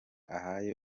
ahaye